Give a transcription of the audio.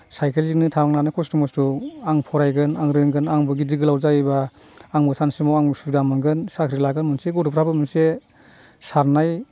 साइखेलजोंनो थांनानै खस्थ' मस्थ' आं फरायगोन आं रोंगोन आंबो गिदिर गोलाव जायोब्ला आंबो सानसे समाव आंबो सुबिदा मोनगोन साख्रि लागोन मोनसे गथ'फ्राबो मोनसे साननाय